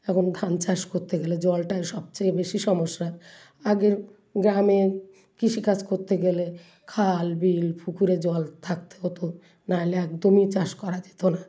এখন ধান চাষ করতে গেলে জলটার সবচেয়ে বেশি সমস্যা আগের গ্রামে কৃষিকাজ করতে গেলে খাল বিল পুকুরে জল থাকতে হতো না হলে একদমই চাষ করা যেত না